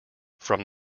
from